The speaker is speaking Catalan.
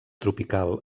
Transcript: tropical